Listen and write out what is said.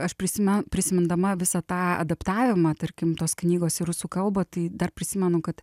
aš prisime prisimindama visą tą adaptavimą tarkim tos knygos į rusų kalbą tai dar prisimenu kad